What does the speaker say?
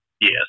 Yes